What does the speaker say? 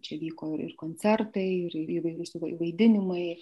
čia vyko ir koncertai ir įvairiausi vaidinimai